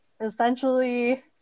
essentially